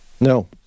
No